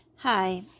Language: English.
Hi